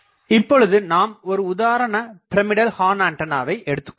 இப்பொழுது நாம் ஒரு உதாரண பிரமிடல் ஹார்ன் ஆண்டனாவை எடுத்துக்கொள்வோம்